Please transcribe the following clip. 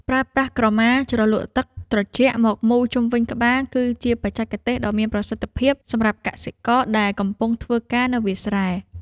ប្រើប្រាស់ក្រមាជ្រលក់ទឹកត្រជាក់មកមូរជុំវិញក្បាលគឺជាបច្ចេកទេសដ៏មានប្រសិទ្ធភាពសម្រាប់កសិករដែលកំពុងធ្វើការនៅវាលស្រែ។